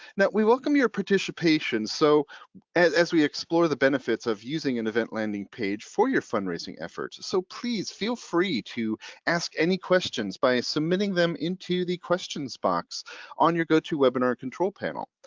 we welcome your participation. so as we explore the benefits of using an event landing page for your fundraising efforts, so please feel free to ask any questions by submitting them into the questions box on your gotowebinar control panel.